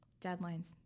Deadlines